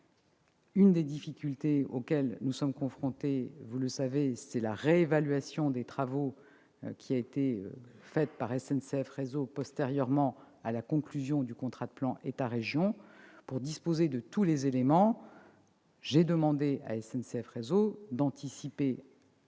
Une des difficultés auxquelles nous sommes confrontés tient à la réévaluation du coût des travaux qui a été faite par SNCF Réseau postérieurement à la conclusion du contrat de plan État-région. Afin de pouvoir disposer de tous les éléments, j'ai demandé à SNCF Réseau d'avancer